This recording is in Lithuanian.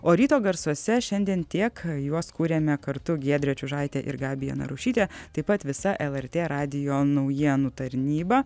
o ryto garsuose šiandien tiek juos kūrėme kartu giedrė čiužaitė ir gabija narušytė taip pat visa lrt radijo naujienų tarnyba